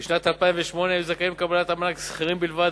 בשנת 2008 היו זכאים לקבל את המענק שכירים בלבד,